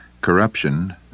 corruption